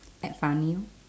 act funny lor